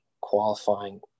qualifying